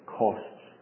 costs